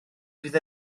fydd